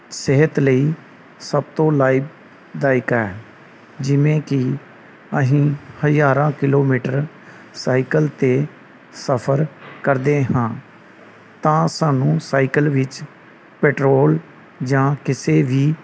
ਸਿਹਤ ਲਈ ਸਭ ਤੋਂ ਲਾਭਦਾਇਕ ਹੈ ਜਿਵੇਂ ਕਿ ਅਸੀਂ ਹਜ਼ਾਰਾਂ ਕਿਲੋਮੀਟਰ ਸਾਈਕਲ 'ਤੇ ਸਫ਼ਰ ਕਰਦੇ ਹਾਂ ਤਾਂ ਸਾਨੂੰ ਸਾਈਕਲ ਵਿੱਚ ਪੈਟਰੋਲ ਜਾਂ ਕਿਸੇ ਵੀ